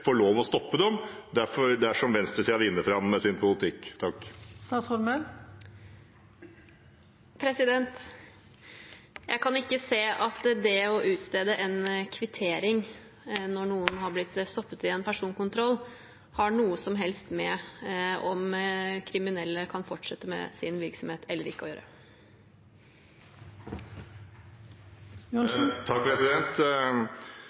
få lov til å stoppe dem – dersom venstresiden vinner fram med sin politikk. Jeg kan ikke se at det å utstede en kvittering når noen har blitt stoppet i en personkontroll, har noe som helst å gjøre med om kriminelle kan fortsette med sin virksomhet eller ikke.